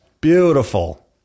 Beautiful